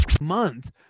month